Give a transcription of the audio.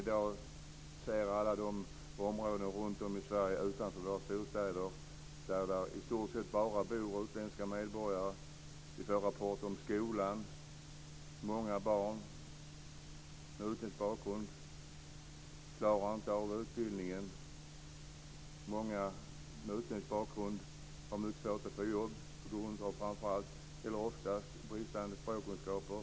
I dag ser man alla områden runt om i Sverige utanför våra storstäder där det i stort sett bara bor utländska medborgare. Vi får rapporter om skolan. Många barn med utländsk bakgrund klarar inte av utbildningen. Många med utländsk bakgrund har mycket svårt att få jobb, oftast på grund av bristande språkkunskaper.